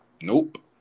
Nope